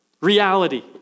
reality